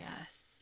Yes